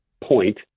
point